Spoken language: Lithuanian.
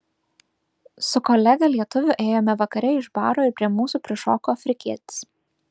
su kolega lietuviu ėjome vakare iš baro ir prie mūsų prišoko afrikietis